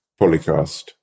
Polycast